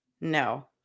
no